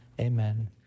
Amen